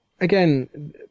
again